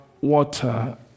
water